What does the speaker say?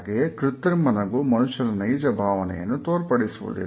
ಹಾಗೆಯೇ ಕೃತ್ರಿಮ ನಗು ಮನುಷ್ಯನ ನೈಜ ಭಾವನೆಯನ್ನು ತೋರ್ಪಡಿಸುವುದಿಲ್ಲ